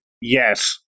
Yes